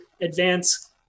advance